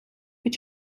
під